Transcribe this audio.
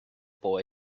boy